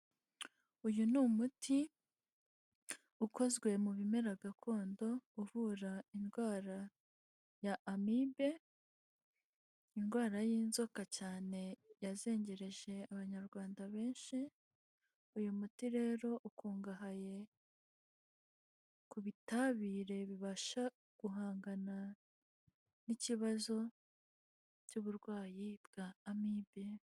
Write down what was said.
Uyu n’umuti ukozwe mu bimera gakondo uvura indwara y’amibe, indwara y'inzoka cyane yazengereje abanyarwanda benshi. Uyu muti rero ukungahaye ku bitabire bibasha guhangana n'ikibazo cy'uburwayi bwa amibe.